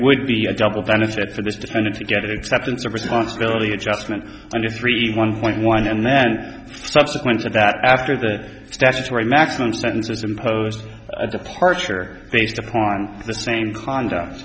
would be a double benefit for this defendant to get acceptance of responsibility adjustment under three one point one and then subsequent to that after that statutory maximum sentence was imposed a departure based upon the same conduct